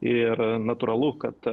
ir natūralu kad